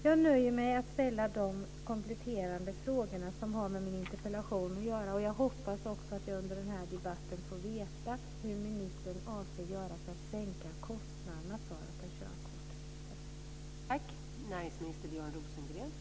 Jag nöjer mig med att ställa de kompletterande frågor som har med interpellationen att göra. Jag hoppas att jag under den här debatten får veta vad ministern avser att göra för att sänka kostnaderna för att ta körkort.